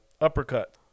uppercut